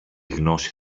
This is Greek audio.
γνώση